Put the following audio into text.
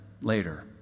later